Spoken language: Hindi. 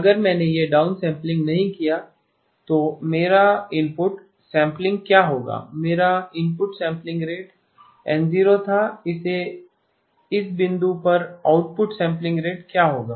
अगर मैंने यह डाउन सैंपलिंग नहीं किया तो मेरा इनपुट सैंपलिंग क्या होगा मेरा इनपुट सैंपलिंग रेट N0 था इस बिंदु पर आउटपुट सैंपलिंग रेट क्या होगा